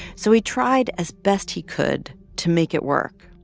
so he tried as best he could to make it work.